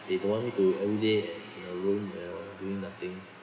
they don't want me to every day at in the room uh doing nothing